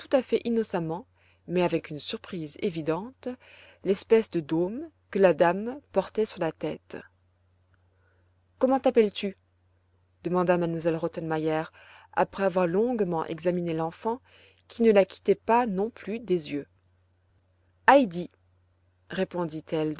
innocemment mais avec une surprise évidente l'espèce de dôme que la dame portait sur la tête comment t'appelles-tu demanda m elle rottenmeier après avoir longuement examiné l'enfant qui ne la quittait pas non plus des yeux heidi répondit-elle